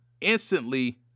instantly